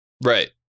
Right